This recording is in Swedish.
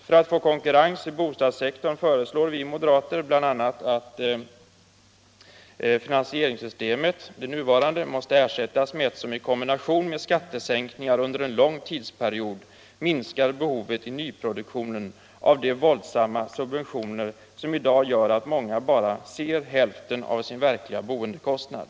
För att få konkurrens i bostadssektorn föreslår vi moderater att det nuvarande finansieringssystemet skall ersättas med ett som i kombination med skat tesänkningar under en lång tidsperiod minskar behovet i nyproduktionen av de våldsamma subventioner som i dag gör att många bara ser hälften av sin verkliga boendekostnad.